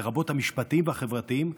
לרבות המשפטיים והחברתיים,